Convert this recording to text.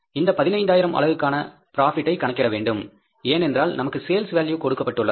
இந்த 15 ஆயிரம் அலகுக்கான ப்ராபிட்டை கணக்கிட வேண்டும் ஏனென்றால் நமக்கு சேல்ஸ் வேல்யூ கொடுக்கப்பட்டுள்ளது